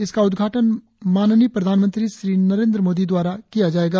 इसका उद्घाटन माननीय प्रधानमंत्री श्री नरेंद्र मोदी द्वारा किया जाएगा